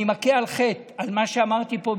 אני מכה על חטא על מה שאמרתי פה,